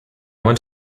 went